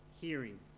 hearing